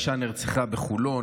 אישה נרצחה בחולון,